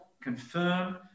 confirm